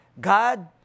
God